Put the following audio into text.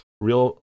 real